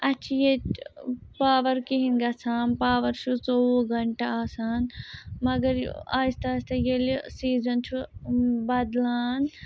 اَسہِ چھِ ییٚتہِ پاوَر کِہیٖنۍ گَژھان پاوَر چھُ ژوٚوُہ گنٛٹہٕ آسان مگر آہِستہ آہِستہ ییٚلہِ سیٖزَن چھُ بَدلان